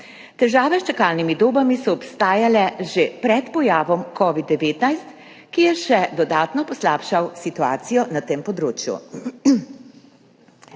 Težave s čakalnimi dobami so obstajale že pred pojavom covida-19, ki je še dodatno poslabšal situacijo na tem področju.